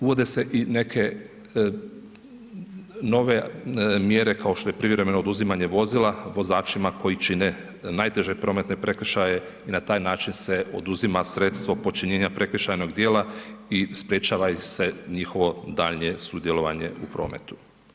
Uvode se i neke nove mjere kao što je privremeno oduzimanje vozila vozačima koji čine najteže prometne prekršaje i na taj način se oduzima sredstvo počinjenja prekršajnog djela i sprječava ih se njihovo daljnje sudjelovanje u prometu.